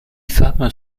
femmes